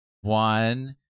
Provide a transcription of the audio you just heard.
one